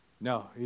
No